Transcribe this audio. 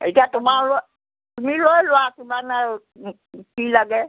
এতিয়া তোমাৰ আৰু তুমি লৈ লোৱা কিমান আৰু কি লাগে